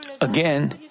again